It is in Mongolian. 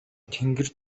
тэнгэр